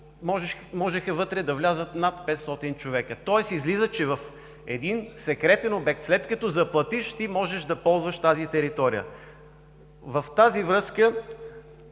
можеха вътре да влязат над 500 човека, тоест излиза, че в един секретен обект, след като заплатиш, ти можеш да ползваш тази територия. В тази връзка